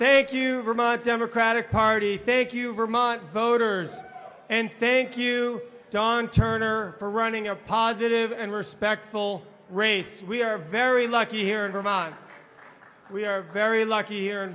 much democratic party thank you vermont voters and thank you dawn turner for running a positive and respectful race we are very lucky here in vermont we are very lucky here in